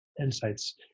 Insights